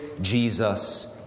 Jesus